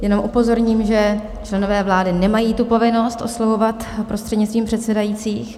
Jenom upozorním, že členové vlády nemají tu povinnost oslovovat prostřednictvím předsedajících.